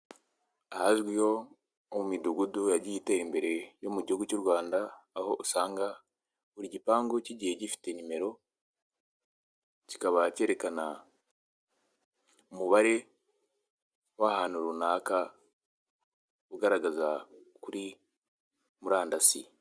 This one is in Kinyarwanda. Ahazwiho nko midugudu yagiye itera imbere yo mu gihugu cy'u Rwanda aho usanga buri gipangu kigiye gifite nimero, kikaba cyerekana umubare w'ahantu runaka ugaragaza kuri murandasi.